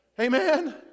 Amen